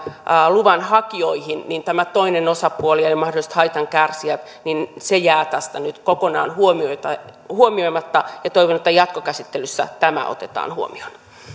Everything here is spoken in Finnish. luvanhakijoihin niin tämä toinen osapuoli eli mahdolliset haitankärsijät jää tästä nyt kokonaan huomioimatta ja toivon että jatkokäsittelyssä tämä otetaan huomioon